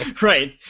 Right